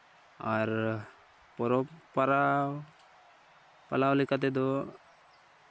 ᱟᱨ ᱯᱚᱨᱚᱵᱽ ᱯᱟᱨᱟᱣ ᱯᱟᱞᱟᱣ ᱞᱮᱠᱟ ᱛᱮᱫᱚ